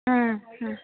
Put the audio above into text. ಹಾಂ ಹಾಂ